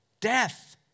death